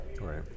Right